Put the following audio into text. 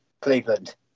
Cleveland